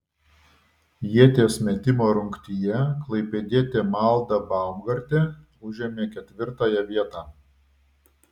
ieties metimo rungtyje klaipėdietė malda baumgartė užėmė ketvirtąją vietą